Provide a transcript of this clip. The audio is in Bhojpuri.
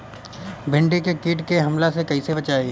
भींडी के कीट के हमला से कइसे बचाई?